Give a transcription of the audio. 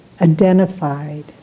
identified